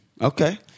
Okay